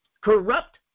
Corrupt